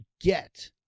get